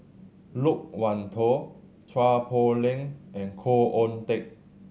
Loke Wan Tho Chua Poh Leng and Khoo Oon Teik